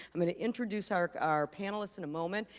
i'm gonna introduce our our panelists in a moment.